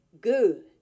good